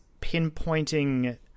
pinpointing